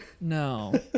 no